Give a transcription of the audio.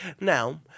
Now